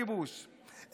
אבל אין דמוקרטיה עם כיבוש,